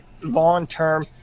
long-term